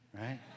right